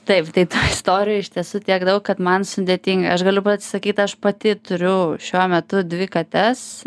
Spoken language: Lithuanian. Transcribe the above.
taip tai tų istorijų iš tiesų tiek daug kad man sudėtinga aš galiu pati sakyt aš pati turiu šiuo metu dvi kates